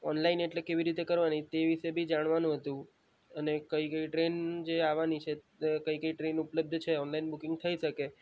online એટલે કેવી રીતે કરવાની તે વિશે બી જાણવાનું હતું અને કઈ કઈ ટ્રેન જે આવવાની છે કઈ કઈ ટ્રેન ઉપલબ્ધ છે ઓનલાઈન બુકિંગ થઈ શકે અમે સાત